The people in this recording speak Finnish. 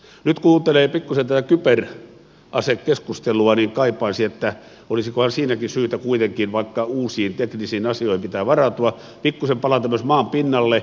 nyt kun kuuntelee tätä kyberasekeskustelua niin kaipaisi että olisikohan siinäkin syytä kuitenkin vaikka uusiin teknisiin asioihin pitää varautua pikkuisen palata myös maan pinnalle